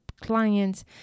clients